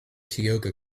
tioga